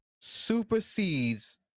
supersedes